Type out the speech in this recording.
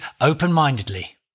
open-mindedly